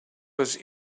was